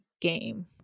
game